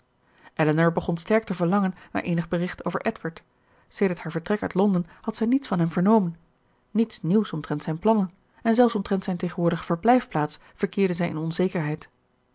elinor begon sterk te verlangen naar eenig bericht over edward sedert haar vertrek uit londen had zij niets van hem vernomen niets nieuws omtrent zijne plannen en zelfs omtrent zijne tegenwoordige verblijfplaats verkeerde zij in onzekerheid